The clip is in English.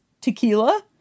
tequila